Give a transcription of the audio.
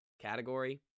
category